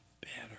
better